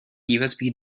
usb